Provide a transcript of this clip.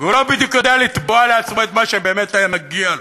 והוא לא בדיוק יודע לתבוע לעצמו את מה שבאמת היה מגיע לו.